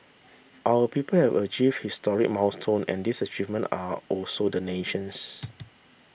our people have achieve historic milestone and these achievement are also the nation's